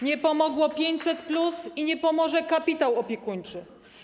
Nie pomogło 500+ i nie pomoże kapitał opiekuńczy.